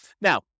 Now